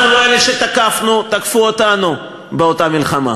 אנחנו לא אלה שתקפנו, תקפו אותנו באותה מלחמה.